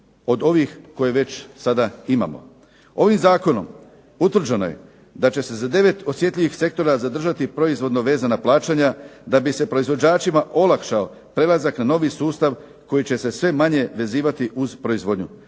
od ovih koje već sada imamo. Ovim zakonom utvrđeno je da će se za 9 osjetljivih sektora zadržati proizvodno vezana plaćanja da bi se proizvođačima olakšao prelazak na novi sustav koji će se sve manje vezivati uz proizvodnju.